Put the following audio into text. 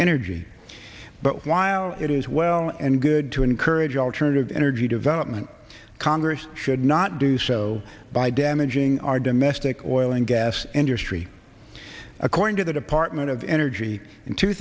energy but while it is well and good to encourage alternative energy development congress should not do so by damaging our domestic oil and gas industry according to the department of energy in two